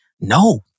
no